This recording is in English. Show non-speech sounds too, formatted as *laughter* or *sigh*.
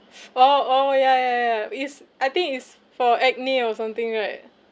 *noise* oh oh ya ya ya is I think is for acne or something right